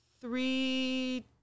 three